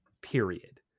period